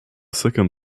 second